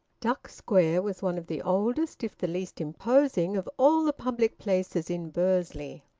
duck square was one of the oldest, if the least imposing, of all the public places in bursley.